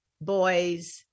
boys